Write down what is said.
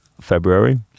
February